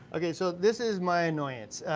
okay, so this is my annoyance,